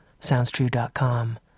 SoundsTrue.com